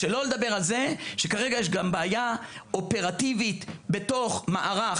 שלא לדבר על זה שכרגע יש גם בעיה אופרטיבית בתוך מערך